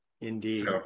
Indeed